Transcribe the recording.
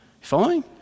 following